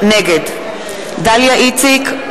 נגד דליה איציק,